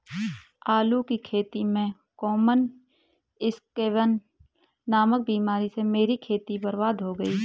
आलू की खेती में कॉमन स्कैब नामक बीमारी से मेरी खेती बर्बाद हो गई